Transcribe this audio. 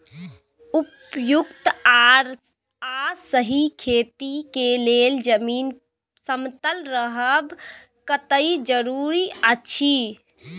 उपयुक्त आ सही खेती के लेल जमीन समतल रहब कतेक जरूरी अछि?